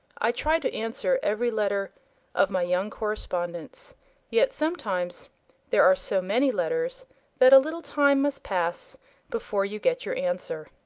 i try to answer every letter of my young correspondents yet sometimes there are so many letters that a little time must pass before you get your answer.